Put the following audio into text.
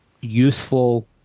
useful